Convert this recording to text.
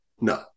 No